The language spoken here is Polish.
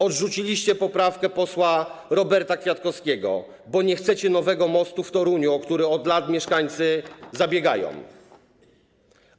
Odrzuciliście poprawkę posła Roberta Kwiatkowskiego, bo nie chcecie nowego mostu w Toruniu, o który od lat zabiegają mieszkańcy.